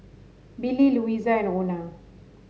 Billie Louisa and Ona